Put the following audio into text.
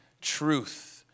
truth